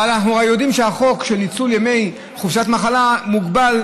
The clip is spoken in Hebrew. אבל אנחנו הרי יודעים שהחוק של ניצול ימי חופשת מחלה מוגבל,